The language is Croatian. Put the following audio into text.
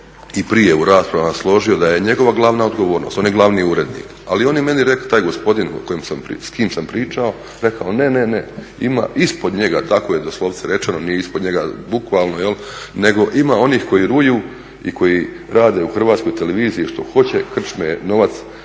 i prije u raspravama složio da je njegova glavna odgovornost, on je glavni urednik. Ali on je meni rekao, taj gospodin s kim sam pričao, rekao ne, ne, ne ima ispod njega, tako je doslovce rečeno nije ispod njega bukvalno, nego ima onih koji ruju i koji rade u Hrvatskoj televiziji što hoće, novac